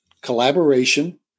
collaboration